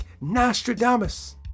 Nostradamus